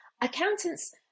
Accountants